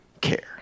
care